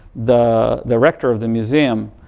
the director of the museum,